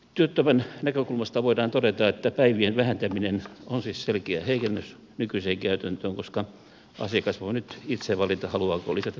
työttömän näkökulmasta voidaan todeta että päivien vähentäminen on selkeä heikennys nykyiseen käytäntöön koska asiakas voi nyt itse valita haluaako lisätä päiviä